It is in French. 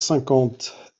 cinquante